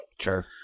sure